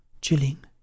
chilling